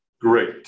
Great